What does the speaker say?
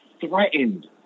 threatened